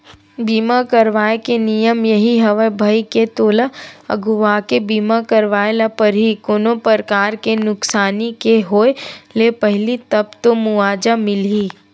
बीमा करवाय के नियम यही हवय भई के तोला अघुवाके बीमा करवाय ल परही कोनो परकार के नुकसानी के होय ले पहिली तब तो मुवाजा मिलही